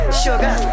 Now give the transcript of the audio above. sugar